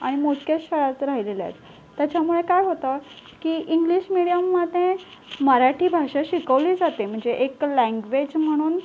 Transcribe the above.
आणि मोजक्याच शाळा आता राहिलेल्या आहेत त्याच्यामुळे काय होतं की इंग्लिश मीडियममध्ये मराठी भाषा शिकवली जाते म्हणजे एक लँग्वेज म्हणून